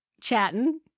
chatting